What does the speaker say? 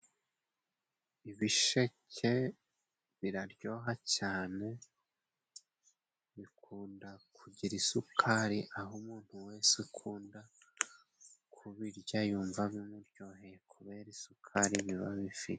Ibisheke biraryoha cyane, bikunda kugira isukari, aho umuntu wese ukunda kubirya, yumva bimuryoheye kubera isukari biba bifite.